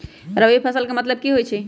रबी फसल के की मतलब होई छई?